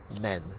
men